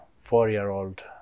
four-year-old